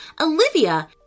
Olivia